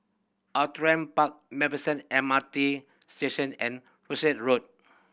Outram Park Macpherson M R T Station and Rosyth Road